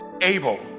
able